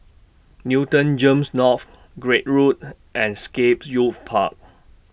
Newton Gems North Craig Road and Scape Youth Park